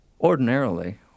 Ordinarily